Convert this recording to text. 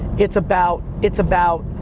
it's about, it's about,